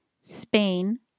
Spain